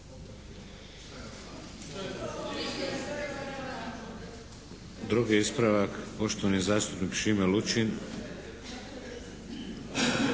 Drugi ispravak, poštovani zastupnik Šime Lučin.